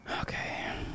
Okay